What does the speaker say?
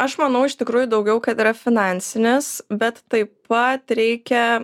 aš manau iš tikrųjų daugiau kad yra finansinės bet taip pat reikia